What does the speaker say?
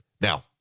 Now